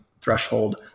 threshold